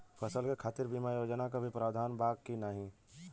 फसल के खातीर बिमा योजना क भी प्रवाधान बा की नाही?